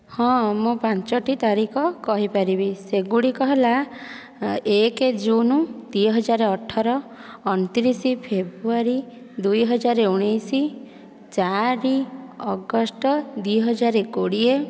ହଁ ମୁଁ ପାଞ୍ଚଟି ତାରିଖ କହିପାରିବି ସେଗୁଡ଼ିକ ହେଲା ଏକ ଜୁନ ଦୁଇହଜାର ଅଠର ଅଣତିରିଶ ଫେବୃୟାରୀ ଦୁଇହଜାର ଉଣେଇଶ ଚାରି ଅଗଷ୍ଟ ଦୁଇହଜାର କୋଡ଼ିଏ